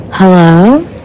Hello